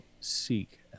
seek